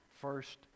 first